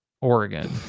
Oregon